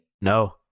No